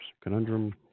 Conundrum